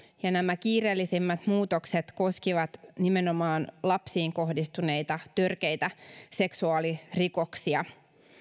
ja nämä kiireellisimmät muutokset koskivat nimenomaan lapsiin kohdistuneita törkeitä seksuaalirikoksia